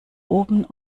oben